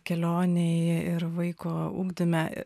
kelionėj ir vaiko ugdyme